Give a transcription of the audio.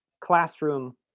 classroom